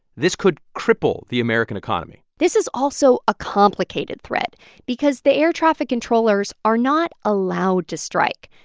this could cripple the american economy this is also a complicated threat because the air traffic controllers are not allowed to strike.